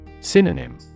Synonym